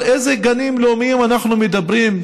על איזה גנים לאומיים אנחנו מדברים,